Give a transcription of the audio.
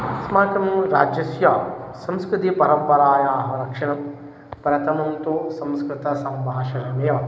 अस्माकं राज्यस्य संस्कृतिपरम्परायाः रक्षणं प्रथमं तु संस्कृतसम्भाषणमेव